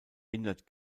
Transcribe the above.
hindert